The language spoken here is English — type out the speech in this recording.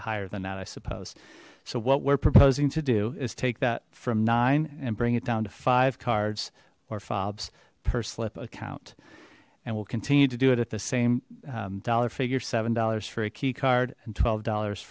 higher than that i suppose so what we're proposing to do is take that from nine and bring it down to five cards or fobs per slip account and we'll continue to do it at the same dollar figure seven dollars for a key card and twelve dollars